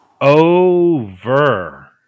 Over